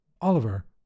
Oliver